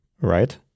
right